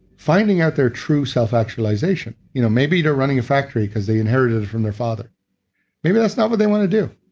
finding out their true self-actualization you know maybe they're running a factory because they inherited it from their father maybe that's not what they want to do.